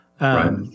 Right